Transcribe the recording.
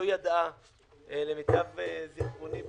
למיטב זכרוני,